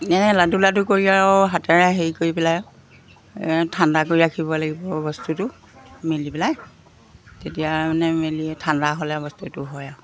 এনেকৈ লাডু লাডু কৰি আৰু হাতেৰে হেৰি কৰি পেলাই ঠাণ্ডা কৰি ৰাখিব লাগিব বস্তুটো মিলি পেলাই তেতিয়া মানে মেলি ঠাণ্ডা হ'লে বস্তুটো হয় আৰু